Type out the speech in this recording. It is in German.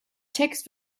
text